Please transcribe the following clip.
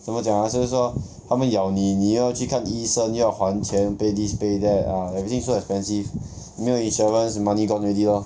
怎么讲 ah 它们咬你你又要去看医生又要还钱 pay this pay that ah the thing so expensive 没有 insurance money gone already lor